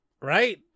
Right